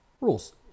rules